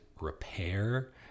repair